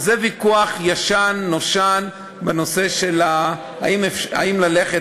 אז זה ויכוח ישן נושן בנושא של האם ללכת